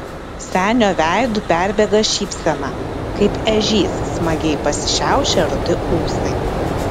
senio veidu perbėga šypsena kaip ežys smagiai pasišiaušę rudi ūsai